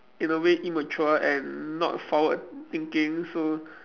in a way immature and not forward thinking so